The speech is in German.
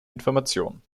information